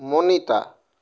Manita